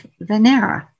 Venera